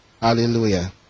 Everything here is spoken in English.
Hallelujah